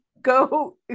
go